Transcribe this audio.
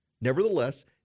Nevertheless